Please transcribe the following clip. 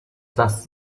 das